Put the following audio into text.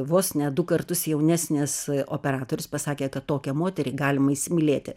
vos ne du kartus jaunesnis operatorius pasakė kad tokią moterį galima įsimylėti